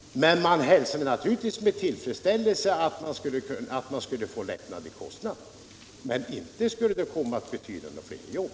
Man hälsade naturligtvis med tillfredsställelse att man skulle få kostnadslättnader men förklarade samtidigt att det inte skulle betyda flera jobb.